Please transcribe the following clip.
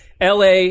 la